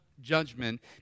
judgment